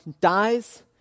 dies